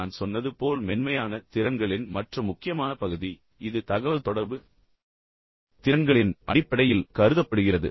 இப்போது நான் சொன்னது போல் மென்மையான திறன்களின் மற்ற முக்கியமான பகுதி இது தகவல் தொடர்பு திறன்களின் அடிப்படையில் கருதப்படுகிறது